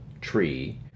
tree